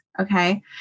Okay